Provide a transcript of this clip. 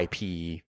IP